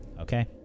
Okay